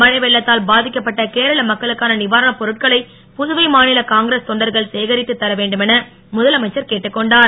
மழை வெள்ளத்தால் பாதிக்கப்பட்ட கேரள மக்களுக்கான நிவாரணப் பொருட்களை புதுவை மாநில காங்கிரஸ் தொண்டர்கள் சேகரித்து தர வேண்டும் என முதலமைச்சர் கேட்டுக் கொண்டார்